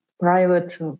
private